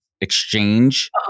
exchange